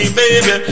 baby